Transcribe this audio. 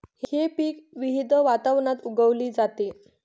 हे पीक विविध वातावरणात उगवली जाते